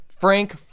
Frank